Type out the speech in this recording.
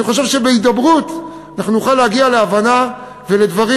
אני חושב שבהידברות אנחנו נוכל להגיע להבנה ולדברים